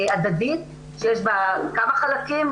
הדדית שיש בה כמה חלקים,